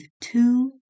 two